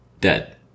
Dead